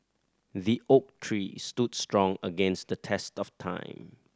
the oak tree stood strong against the test of time